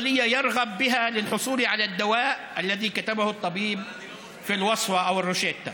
שהרופא כתב במרשם מכל בית מרקחת שרצו.